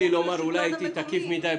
אולי הייתי תקיף מדי.